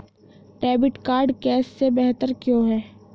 Debit card cash से बेहतर क्यों है?